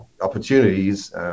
opportunities